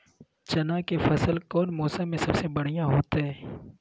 चना के फसल कौन मौसम में सबसे बढ़िया होतय?